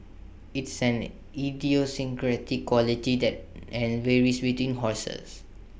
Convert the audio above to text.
IT is an idiosyncratic quality that and varies between horses